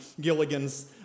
Gilligan's